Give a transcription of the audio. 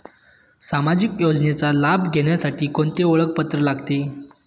सामाजिक योजनेचा लाभ घेण्यासाठी कोणते ओळखपत्र लागते?